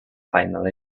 final